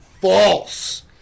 false